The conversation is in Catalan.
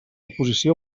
posició